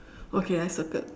okay I circled